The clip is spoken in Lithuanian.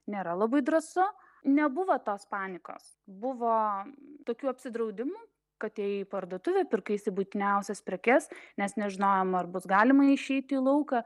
nėra labai drąsu nebuvo tos panikos buvo tokių apsidraudimų kad ėjai į parduotuvę pirkaisi būtiniausias prekes nes nežinojom ar bus galima išeiti į lauką